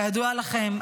כידוע לכם,